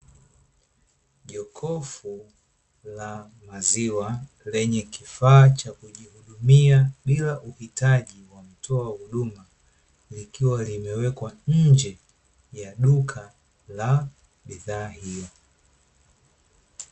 Jokofu la maziwa lenye kifaa cha kujihudumia bila uhitaji wa mtoa huduma, likiwa limewekwa nje ya duka la bidhaa hiyo.